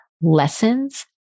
lessons